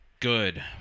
good